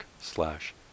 slash